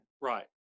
Right